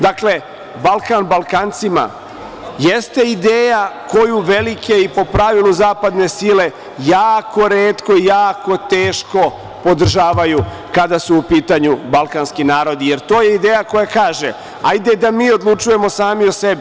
Dakle, Balkan Balkancima, jeste ideja koju velike i po pravilu Zapadne sile, jako retko, jako teško podržavaju, kada su u pitanju Balkanski narodi, jer to je ideja koja kaže - hajde da mi odlučujemo sami o sebi.